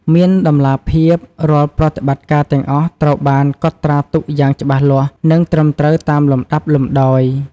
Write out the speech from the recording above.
មានតម្លាភាព រាល់ប្រតិបត្តិការទាំងអស់ត្រូវបាន កត់ត្រាទុកយ៉ាងច្បាស់លាស់ និង ត្រឹមត្រូវតាមលំដាប់លំដោយ ។